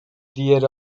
diğeri